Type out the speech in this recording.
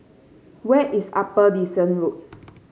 where is Upper Dickson Road